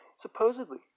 supposedly